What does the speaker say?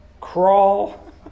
crawl